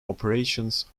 operations